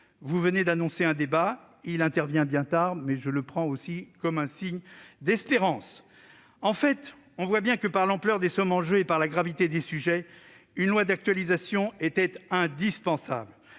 vous avez annoncé un débat ; il intervient bien tard, mais je le prends comme un signe d'espérance. En fait, on voit bien que, vu l'ampleur des sommes en jeu et la gravité des sujets, une loi d'actualisation était indispensable.